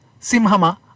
Simhama